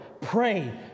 pray